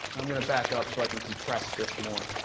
i'm going to back up so i can compress this more.